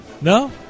No